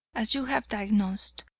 as you have diagnosed.